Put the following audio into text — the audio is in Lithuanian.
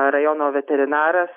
rajono veterinaras